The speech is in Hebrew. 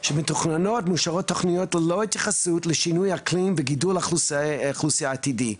שמאושרות תוכניות ללא התייחסות לשינוי אקלים וגידול אוכלוסייה עתידי.